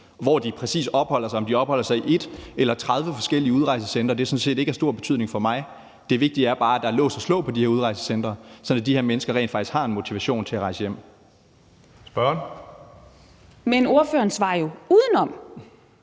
Hvor de præcis opholder sig, altså om de opholder sig i 1 eller 30 forskellige udrejsecentre, er sådan set ikke af stor betydning for mig. Det vigtige er bare, at der er lås og slå på de her udrejsecentre, sådan at de her mennesker rent faktisk har en motivation til at rejse hjem. Kl. 13:32 Tredje